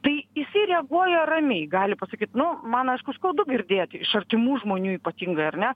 tai jisai reaguoja ramiai gali pasakyt nu man aišku skaudu girdėti iš artimų žmonių ypatingai ar ne